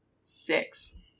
Six